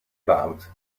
bout